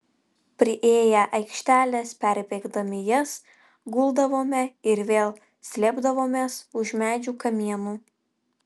priėję aikšteles perbėgdami jas guldavome ir vėl slėpdavomės už medžių kamienų